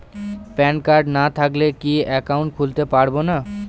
Pan card না থাকলে কি একাউন্ট খুলতে পারবো না?